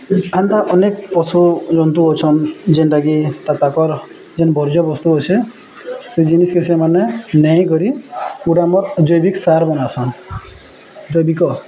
ହେନ୍ତା ଅନେକ୍ ପଶୁ ଜନ୍ତୁ ଅଛନ୍ ଯେନ୍ଟାକି ତା ତାକର୍ ଯେନ୍ ବର୍ଜ୍ୟବସ୍ତୁ ଅଛେ ସେ ଜିନିଷ୍କେ ସେମାନେ ନେଇଁକରି ଗୁଟେ ଆମର୍ ଜୈବିକ୍ ସାର୍ ବନାସନ୍ ଜୈବିକ '